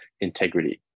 integrity